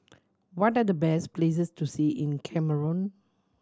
what are the best places to see in Cameroon